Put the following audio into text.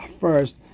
first